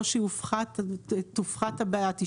או שתופחת הבעיה,